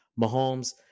Mahomes